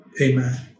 Amen